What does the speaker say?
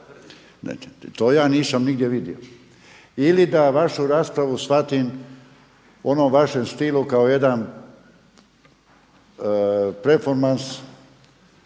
To ja nisam nigdje vidio ili da vašu raspravu shvatim u onom vašem stilu kao jedan performans